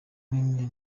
nini